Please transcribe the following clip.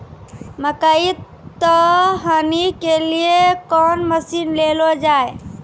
मकई तो हनी के लिए कौन मसीन ले लो जाए?